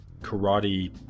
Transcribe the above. karate